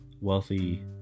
wealthy